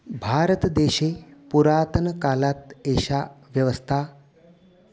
भारतदेशे पुरातनकालात् एषा व्यवस्था